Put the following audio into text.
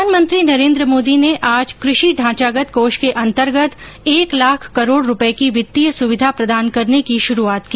प्रधानमंत्री नरेन्द्र मोदी ने आज कृषि ढांचागत कोष के अन्तर्गत एक लाख करोड रुपये की वित्तीय सुविधा प्रदान करने की शुरूआत की